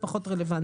זה פחות רלוונטי.